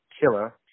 Killer